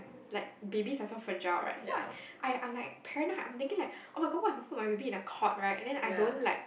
like babies are so fragile right so I I I'm like paranoid I'm thinking like [oh]-my-god what if I put my baby in a cot right and then I don't like